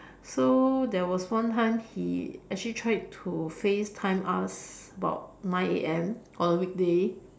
so there was one time he actually tried to FaceTime us about nine A_M on a weekday